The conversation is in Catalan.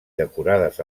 decorades